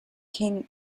king